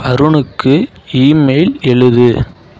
அருணுக்கு email எழுது